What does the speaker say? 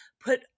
put